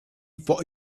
for